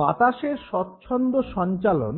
বাতাসের স্বচ্ছন্দ সঞ্চালন